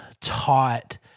taught